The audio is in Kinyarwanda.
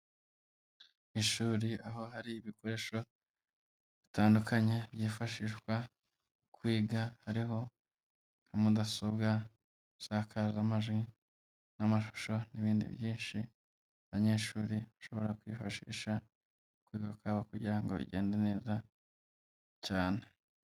Ishuri aho hari ibikoresho bitandukanye byifashishwa kwiga hariho nka mudasobwa, insakazamajwi n'amashusho n'ibindi byinshi, abanyeshuri bashobora kwifashisha mu kwiga kwabo kugira ngo bigende neza cyane.